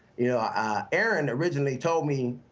yeah ah aaron originally told me